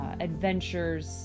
adventures